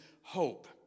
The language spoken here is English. hope